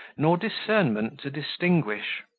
nor discernment to distinguish.